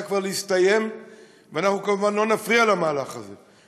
כבר להסתיים ואנחנו כמובן לא נפריע למהלך הזה,